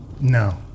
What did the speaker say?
No